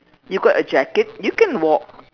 you got a jacket you can walk